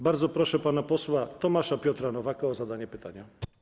Bardzo proszę pana posła Tomasza Piotra Nowaka o zadanie pytania.